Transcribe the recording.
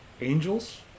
angels